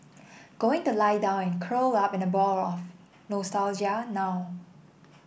going the lie down and curl up in a ball of nostalgia now